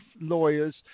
lawyers